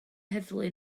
heddlu